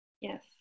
yes